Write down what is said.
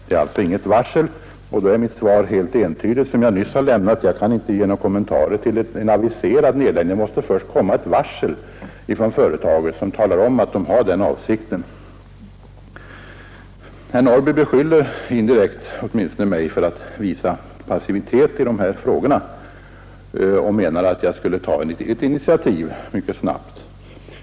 Det är alltså inget varsel, och då är det svar som jag nyss lämnat helt entydigt. Jag kan inte lämna några kommentarer till en aviserad nedläggning. Det måste först komma ett varsel, där företaget talar om att man har för avsikt att lägga ner busslinjer. Indirekt beskyllde sedan herr Norrby mig för passivitet i dessa frågor och menade att jag skulle ha tagit ett initiativ mycket snabbt.